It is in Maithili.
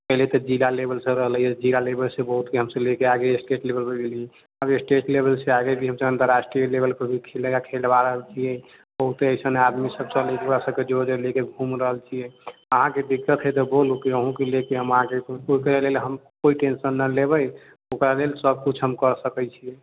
पहले तऽ जिला लेवल चलल रहिये जिला लेवल से बहुतके हमसब लयके आगे स्टेट लेवल पर गेलिए अब स्टेट लेवल से आगेभी हमसब अन्तर्राष्ट्रिय लेवल पर भी खेलबा रहल छियै बहुते ऐसन आदमी सब छल ओकरासबके जोड़ि देलिए जेकरा लयके घुमि रहलछिये अहाँके दिक्कत है तऽ बोलु कि अहुँके लयके हम आगू ओहिके लेल हम कोइ टेंशन नहि लेबै ओकरालेल सबकिछु हम कय सकै छियै